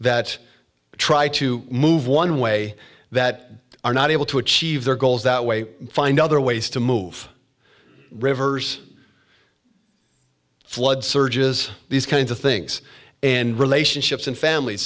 that try to move one way that are not able to achieve their goals that way find other ways to move rivers flood surges these kinds of things and relationships in families